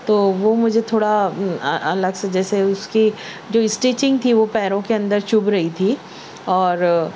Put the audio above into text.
تو وہ مجھے تھوڑا الگ سے جیسے اس کے جو اسٹیچنگ تھی وہ پیروں کے اندر چبھ رہی تھی اور